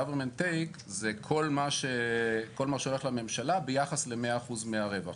government take זה כל מה שהולך לממשלה ביחס ל-100% מהרווח.